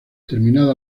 terminada